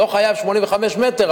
לא חייבים 85 מטר,